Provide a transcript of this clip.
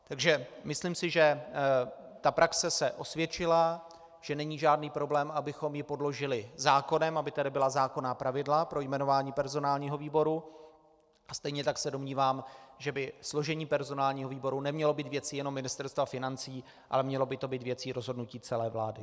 Takže si myslím, že ta praxe se osvědčila, že není žádný problém, abychom ji podložili zákonem, aby tady byla zákonná pravidla pro jmenování personálního výboru, a stejně tak se domnívám, že by složení personálního výboru nemělo být jenom věcí Ministerstva financí, ale mělo by to být věcí rozhodnutí celé vlády.